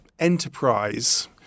Enterprise